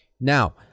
now